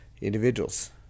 individuals